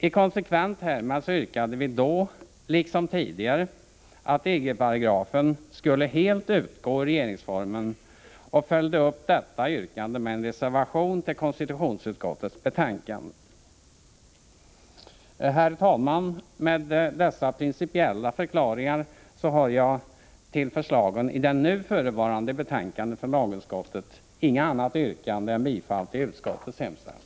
I konsekvens härmed yrkade vi då, liksom tidigare, att EG-paragrafen helt skulle utgå ur regeringsformen, och vi följde upp detta yrkande med en Herr talman! Med hänvisning till dessa principiella förklaringar har jag beträffande förslagen i det nu förevarande betänkandet från lagutskottet inget annat yrkande än bifall till utskottets hemställan.